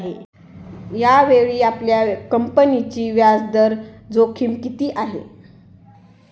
यावेळी आपल्या कंपनीची व्याजदर जोखीम किती आहे?